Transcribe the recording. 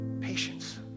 patience